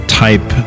type